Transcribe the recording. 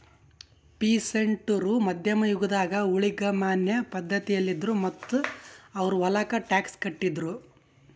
peasant ರು ಮಧ್ಯಮ್ ಯುಗದಾಗ್ ಊಳಿಗಮಾನ್ಯ ಪಧ್ಧತಿಯಲ್ಲಿದ್ರು ಮತ್ತ್ ಅವ್ರ್ ಹೊಲಕ್ಕ ಟ್ಯಾಕ್ಸ್ ಕಟ್ಟಿದ್ರು